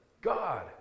God